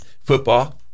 football